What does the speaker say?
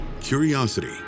curiosity